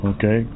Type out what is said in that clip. Okay